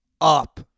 up